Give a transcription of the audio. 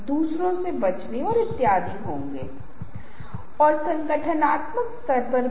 लेकिन ऐसे रंग हैं जो मेल खाते हैं जो एक साथ चलते हैं ऐसे रंग हैं जो नहीं